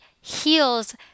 heals